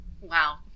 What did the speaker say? Wow